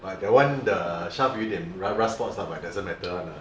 but that one the shaft 有一点 r~ rough spots lah but doesn't matter [one] lah